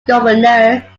governor